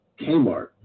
Kmart